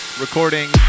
recording